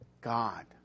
God